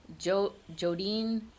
Jodine